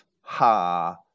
ha